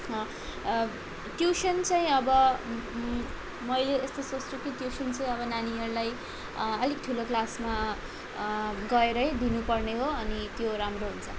tuition चाहिँ अब मैले यस्तो सोच्छु कि ट्युसन चाहिँ अब नानीहरूलाई अलिक ठुलो क्लासमा गएरै दिनुपर्ने हो अनि त्यो राम्रो हुन्छ